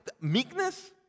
meekness